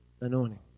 anointing